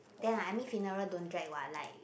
then I I mean funeral don't drag what like